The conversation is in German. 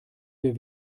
wir